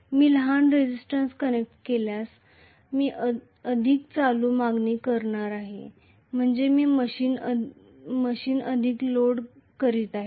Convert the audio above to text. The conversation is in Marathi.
मी लहान रेसिस्टंन्स कनेक्ट केल्यास मी अधिक करंट मागणी करीत आहे म्हणजे मी मशीन अधिक लोड करीत आहे